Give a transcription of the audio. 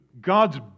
God's